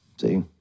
See